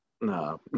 No